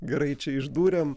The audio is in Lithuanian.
gerai čia išdūrėm